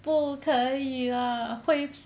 不可以 lah 会